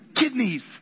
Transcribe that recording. kidneys